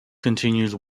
continues